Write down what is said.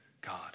God